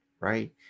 right